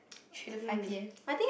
should at five P_M